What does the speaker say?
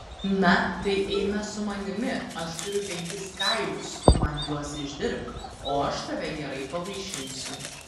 na tai eime su manimi aš turiu penkis kailius tu man juos išdirbk o aš tave gerai pavaišinsiu